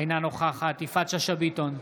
אינה נוכחת יפעת שאשא ביטון,